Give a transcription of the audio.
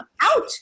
out